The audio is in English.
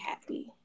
happy